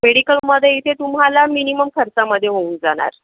मेडिकलमध्ये इथे तुम्हाला मिनिमम खर्चामध्ये होऊन जाणार